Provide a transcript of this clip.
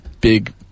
big